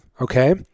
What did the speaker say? Okay